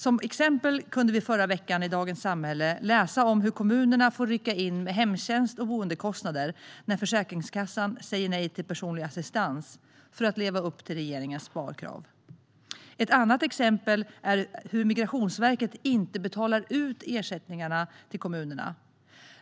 Som exempel kunde vi förra veckan i Dagens Samhälle läsa om hur kommunerna får rycka in med hemtjänst och boendekostnader när Försäkringskassan säger nej till personlig assistans för att leva upp till regeringens sparkrav. Ett annat exempel är att Migrationsverket inte betalar ut ersättningarna till kommunerna.